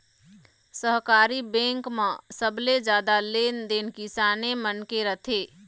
सहकारी बेंक म सबले जादा लेन देन किसाने मन के रथे